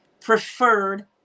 preferred